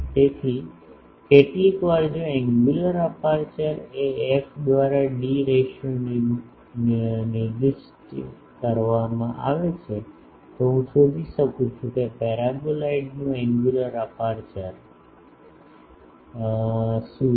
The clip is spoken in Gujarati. તેથી કેટલીકવાર જો એન્ગ્યુલર અપેર્ચર એ f દ્વારા ડી રેશિયો નિર્દિષ્ટ કરવામાં આવે છે તો હું શોધી શકું છું કે પેરાબોલાઇડ નું એન્ગ્યુલર અપેર્ચરશું છે